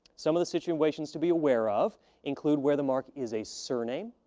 some of the situations to be aware of include where the mark is a surname,